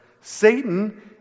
Satan